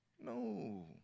No